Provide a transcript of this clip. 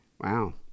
Wow